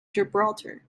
gibraltar